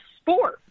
sport